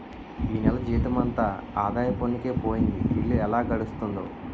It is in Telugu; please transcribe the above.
ఈ నెల జీతమంతా ఆదాయ పన్నుకే పోయింది ఇల్లు ఎలా గడుస్తుందో